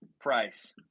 price